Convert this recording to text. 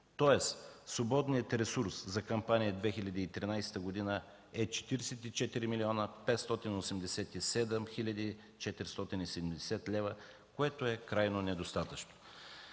Тоест свободният ресурс за Кампания 2013 г. е 44 млн. 587 хил. 470 лева, което е крайно недостатъчно.